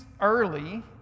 early